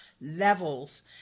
levels